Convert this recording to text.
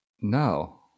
No